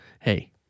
hey